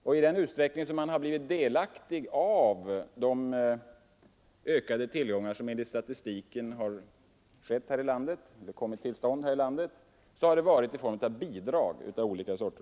I den utsträckning som man har blivit delaktig av de ökade tillgångar som enligt statistiken har kommit till stånd här i landet har det varit i form av bidrag av olika slag.